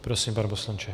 Prosím, pane poslanče.